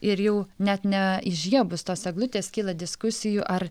ir jau net ne įžiebus tos eglutės kyla diskusijų ar